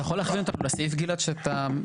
אתה יכול להכווין אותנו לסעיף גלעד, שאתה?